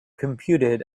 computed